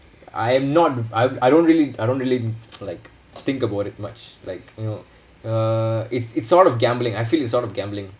I am not I I don't really I don't really like think about it much like you know uh it's it's sort of gambling I feel it's sort of gambling